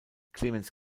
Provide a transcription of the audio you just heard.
clemens